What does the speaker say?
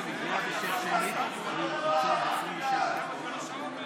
של קבוצת סיעת קבוצת יהדות התורה לסעיף 1 לא נתקבלה.